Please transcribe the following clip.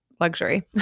luxury